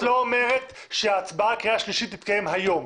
ההחלטה הזו לא אומרת שהצבעה על קריאה שלישית תתקיים היום.